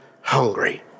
hungry